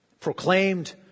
proclaimed